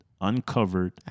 uncovered